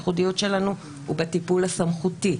הייחודית שלנו היא בטיפול הסמכותי.